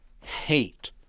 hate